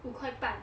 五块半